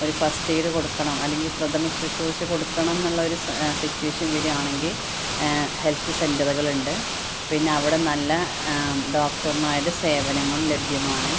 ഒരു first aid കൊടുക്കണം അല്ലെങ്കിൽ പ്രഥമ ശുശ്രൂഷ കൊടുക്കണം എന്നുള്ള ഒരു സിറ്റുവേഷൻ വരുകയാണെങ്കില് ഹെൽത്ത് സെന്ററുകളുണ്ട് പിന്നെ അവിടെ നല്ല ഡോക്ടർമാരുടെ സേവനങ്ങളും ലഭ്യമാണ്